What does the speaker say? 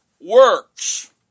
works